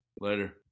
Later